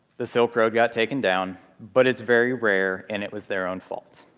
the silk road got taken down, but it's very rare, and it was their own fault.